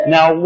Now